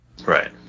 Right